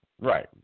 right